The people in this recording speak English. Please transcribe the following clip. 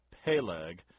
Peleg